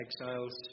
exiles